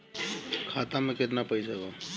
खाता में केतना पइसा बा?